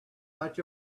much